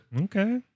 Okay